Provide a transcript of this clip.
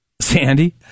Sandy